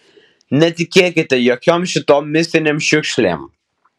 netikėkite jokiom šitom mistinėm šiukšlėm